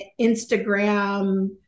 Instagram